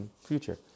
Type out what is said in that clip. future